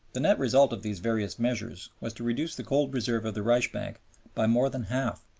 the net result of these various measures was to reduce the gold reserve of the reichsbank by more than half,